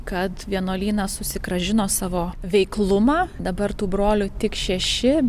kad vienuolynas susigrąžino savo veiklumą dabar tų brolių tik šeši